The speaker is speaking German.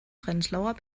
prenzlauer